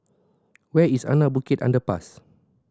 where is Anak Bukit Underpass